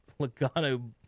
Logano